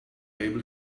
able